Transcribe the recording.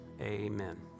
Amen